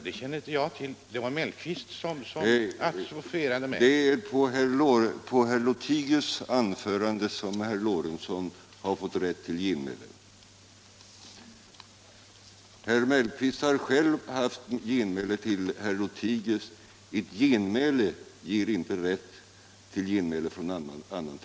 Det är på herr Lothigius anförande som herr Lorentzon har fått rätt till genmäle. Herr Mellqvist har själv haft genmäle till herr Lothigius. Ett genmäle ger inte rätt till genmäle från annan talare.